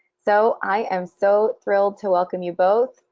so, i am so thrilled to welcome you both.